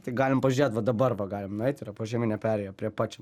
tai galim pažiūrėt va dabar va galim nueit yra požeminė perėja prie pat čia